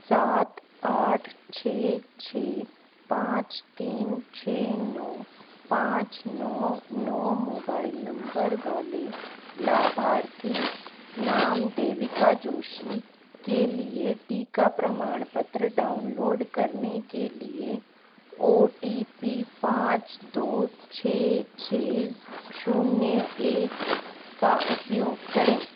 सात आठ छः छः पाँच तीन छः नौ पाँच नौ नौ मोबाइल नम्बर वाले लाभार्थी नाम देविका जोशी के लिए टीका प्रमाण पत्र डाउनलोड करने के लिए ओ टी पी पाँच दो छः छः शून्य एक का उपयोग करें